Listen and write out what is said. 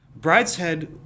Brideshead